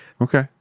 Okay